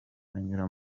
banyura